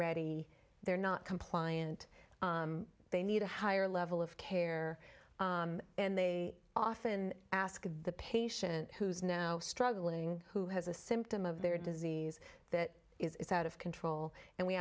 ready they're not compliant they need a higher level of care and they often ask the patient who's now struggling who has a symptom of their disease that is out of control and we